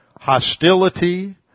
hostility